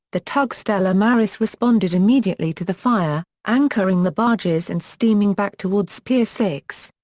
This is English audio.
the tug stella maris responded immediately to the fire, anchoring the barges and steaming back towards pier six.